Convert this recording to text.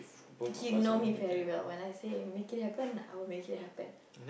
you know me very well when I say make it happen I will make it happen